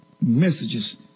messages